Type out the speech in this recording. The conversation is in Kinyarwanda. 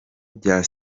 bya